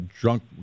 drunk